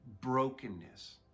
brokenness